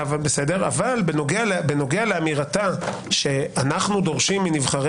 -- אבל בנוגע לאמירתה שאנחנו דורשים מנבחרי